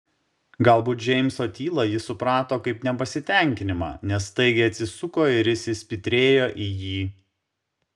galbūt džeimso tylą ji suprato kaip nepasitenkinimą nes staigiai atsisuko ir įsispitrėjo į jį